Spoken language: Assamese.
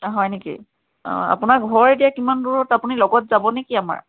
অ হয় নেকি অ আপোনাৰ ঘৰ এতিয়া কিমান দূৰত আপুনি লগত যাবনে কি আমাৰ